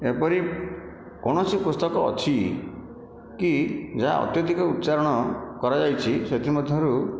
ଏପରି କୌଣସି ପୁସ୍ତକ ଅଛି କି ଯାହା ଅତ୍ୟଧିକ ଉଚ୍ଚାରଣ କରାଯାଇଛି ସେଥିମଧ୍ୟରୁ